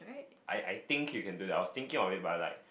I I think you can do that I was thinking of it but like